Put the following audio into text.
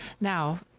now